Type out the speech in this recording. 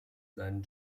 seinen